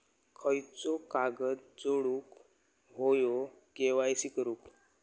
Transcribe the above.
खयचो कागद जोडुक होयो के.वाय.सी करूक?